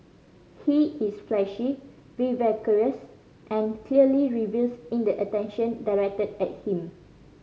he is flashy vivacious and clearly revels in the attention directed at him